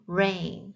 rain